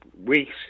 weeks